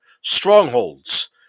strongholds